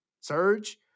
Surge